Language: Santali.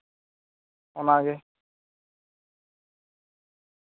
ᱚᱱᱟᱜᱮ